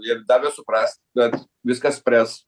jie davė suprast kad viską spręs